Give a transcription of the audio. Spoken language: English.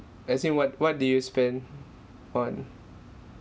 as in what what do you spend on